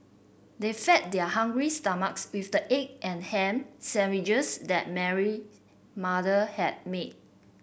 they fed their hungry stomachs with the egg and ham sandwiches that Mary mother had made